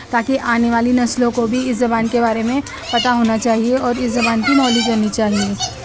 تاکہ آنے والی نسلوں کو بھی اس زبان کے بارے میں پتہ ہونا چاہیے اور اس زبان کی نالج ہونی چاہیے